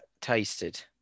tasted